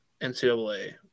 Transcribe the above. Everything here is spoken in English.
NCAA